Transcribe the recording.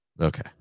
Okay